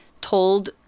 told